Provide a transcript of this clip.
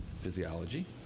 physiology